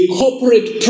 corporate